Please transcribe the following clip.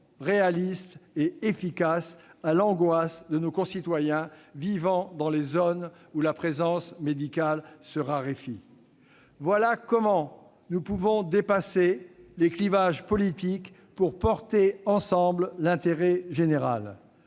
réalistes et efficaces à l'angoisse de nos concitoyens vivant dans les zones où la présence médicale se raréfie. Voilà comment nous pouvons dépasser les clivages politiques pour soutenir ensemble l'intérêt général.